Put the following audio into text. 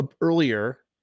earlier